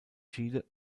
chile